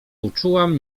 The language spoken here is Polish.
uczułam